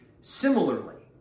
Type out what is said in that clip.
similarly